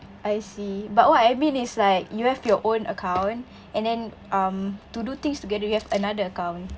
I see but what I mean is like you have your own account and then um to do things together you have another account